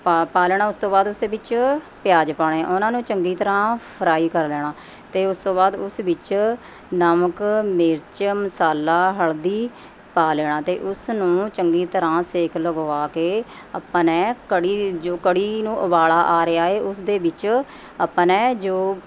ਪਾ ਪਾ ਲੈਣਾ ਉਸ ਤੋਂ ਬਾਅਦ ਉਸਦੇ ਵਿੱਚ ਪਿਆਜ਼ ਪਾਉਣੇ ਉਹਨਾਂ ਨੂੰ ਚੰਗੀ ਤਰਾਂ ਫਰਾਈ ਕਰ ਲੈਣਾ ਅਤੇ ਉਸ ਤੋਂ ਬਾਅਦ ਉਸ ਵਿੱਚ ਨਮਕ ਮਿਰਚ ਮਸਾਲਾ ਹਲ਼ਦੀ ਪਾ ਲੈਣਾ ਅਤੇ ਉਸ ਨੂੰ ਚੰਗੀ ਤਰ੍ਹਾਂ ਸੇਕ ਲਗਵਾ ਕੇ ਆਪਾਂ ਨੇ ਕੜ੍ਹੀ ਜੋ ਕੜ੍ਹੀ ਨੂੰ ਉਬਾਲਾ ਆ ਰਿਹਾ ਏ ਉਸਦੇ ਵਿੱਚ ਆਪਾਂ ਨੇ ਜੋ